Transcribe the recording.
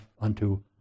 unto